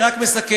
אני רק מסכם.